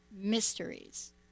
mysteries